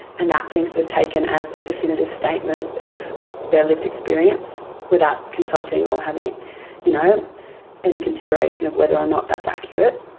and that being sort of taken as a definitive statement of their lived experience without consulting or having you know any consideration of whether or not that's accurate.